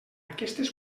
aquestes